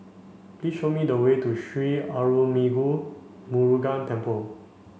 please show me the way to Sri Arulmigu Murugan Temple